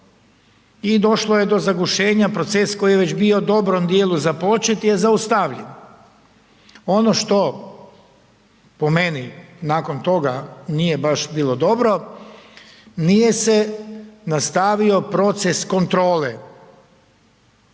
i došlo je do zagušenja, proces koji je već bio u dobrom dijelu započet je zaustavljen. Ono što po meni nakon toga nije baš bilo dobro, nije se nastavio proces kontrole